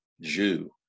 Jew